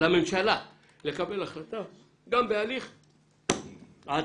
לממשלה לקבל החלטה גם בהליך הצבעה.